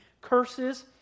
curses